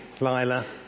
Lila